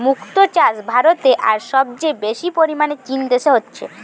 মুক্তো চাষ ভারতে আর সবচেয়ে বেশি পরিমাণে চীন দেশে হচ্ছে